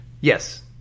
Yes